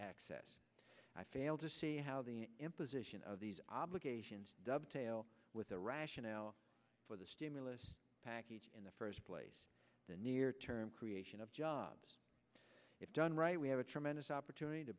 access i fail to see how the imposition of these obligations dovetail with the rationale for the stimulus package in the first place the near term creation of jobs if done right we have a tremendous opportunity to